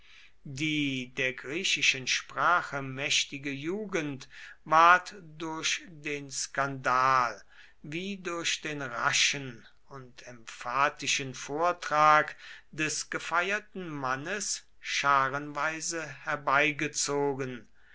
die der griechischen sprache mächtige jugend ward durch den skandal wie durch den raschen und emphatischen vortrag des gefeierten mannes scharenweise herbeigezogen